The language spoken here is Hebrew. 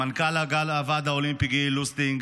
למנכ"ל הוועד האולימפי גילי לוסטיג,